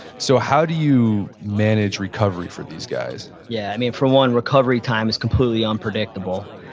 so, how do you manage recovery for these guys? yeah, i mean for one, recovery time is completely unpredictable.